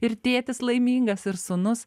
ir tėtis laimingas ir sūnus